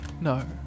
no